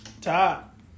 Top